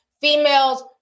females